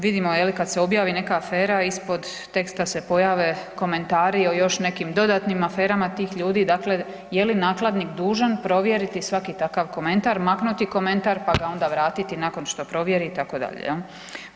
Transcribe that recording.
Vidimo je li kada se objavi neka afera ispod teksta se pojave komentari o još nekim dodatnim aferama tih ljudi, dakle je li nakladnik dužan provjeriti svaki takav komentar, maknuti komentar pa ga onda vratiti nakon što provjeri itd. jel'